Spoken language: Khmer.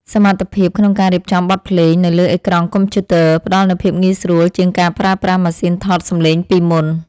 សមត្ថភាពក្នុងការរៀបចំបទភ្លេងនៅលើអេក្រង់កុំព្យូទ័រផ្ដល់នូវភាពងាយស្រួលជាងការប្រើប្រាស់ម៉ាស៊ីនថតសំឡេងពីមុន។